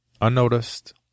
unnoticed